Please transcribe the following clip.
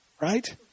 right